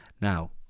Now